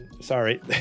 sorry